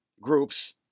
groups